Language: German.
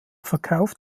verkauft